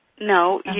no